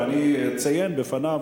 ואני אציין בפניו,